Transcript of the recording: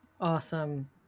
Awesome